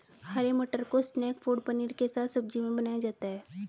हरे मटर को snack food paneer के साथ सब्जी में बनाया जाता है